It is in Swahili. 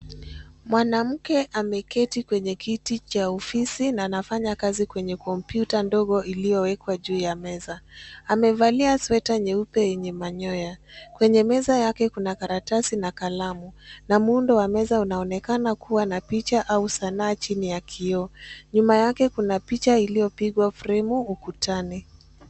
Mwanamke ameketi kwenye kiti cha ofisi na anafanya kazi kwenye kompyuta ndogo iliyowekwa juu ya meza. Amevalia sweta nyeupe yenye manyoya. Kwenye meza yake kuna karatasi na kalamu na muundo wa meza unaonekana kuwa na picha au sanaa chini ya kioo. Nyuma yake kuna picha iliyopigwa fremu ukutani.